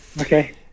Okay